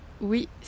oui